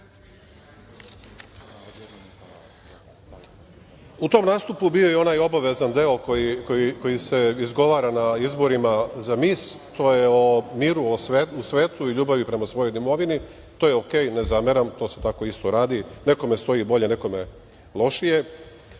tom nastupu bio je i onaj obavezan deo koji se izgovara na izborima za mis, to je o miru u svetu i ljubavi prema svojoj domovini, to je okej, ne zameram, to se tako isto radi, nekome stoji bolje, nekome lošije.